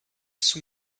sous